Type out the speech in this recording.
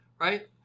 right